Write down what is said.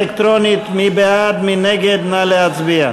ההסתייגות של קבוצת סיעת יהדות התורה וקבוצת סיעת